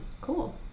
Cool